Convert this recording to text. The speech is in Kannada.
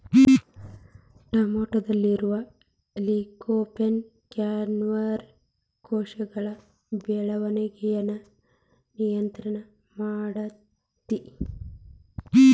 ಟೊಮೆಟೊದಲ್ಲಿರುವ ಲಿಕೊಪೇನ್ ಕ್ಯಾನ್ಸರ್ ಕೋಶಗಳ ಬೆಳವಣಿಗಯನ್ನ ನಿಯಂತ್ರಣ ಮಾಡ್ತೆತಿ